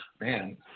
Man